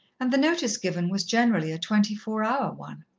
and the notice given was generally a twenty-four hour one.